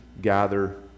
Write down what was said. gather